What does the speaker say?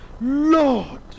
Lord